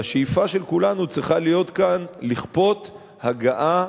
והשאיפה של כולנו צריכה להיות כאן לכפות הגעה